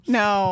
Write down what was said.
no